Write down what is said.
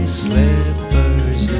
slippers